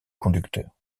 conducteur